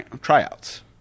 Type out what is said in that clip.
tryouts